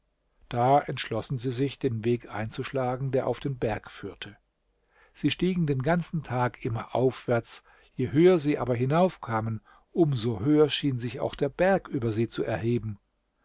da entschlossen sie sich den weg einzuschlagen der auf den berg führte sie stiegen den ganzen tag immer aufwärts je höher sie aber hinauf kamen um so höher schien sich auch der berg über sie zu erheben